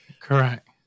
Correct